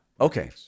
okay